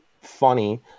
funny